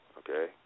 okay